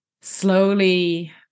slowly